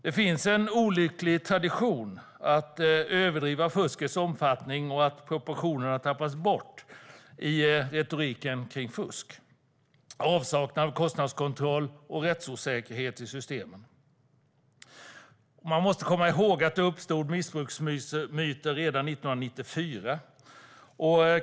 Det finns en olycklig tradition att överdriva fuskets omfattning och att proportionerna tappas bort i retoriken kring fusk, avsaknad av kostnadskontroll och rättsosäkerhet i systemen. Man måste komma ihåg att det uppstod missbruksmyter redan 1994.